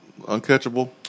Uncatchable